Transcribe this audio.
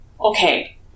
Okay